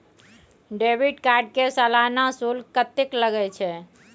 Debit card के सालाना शुल्क कत्ते लगे छै?